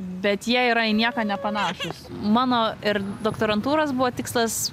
bet jie yra į nieką nepanašūs mano ir doktorantūros buvo tikslas